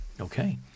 Okay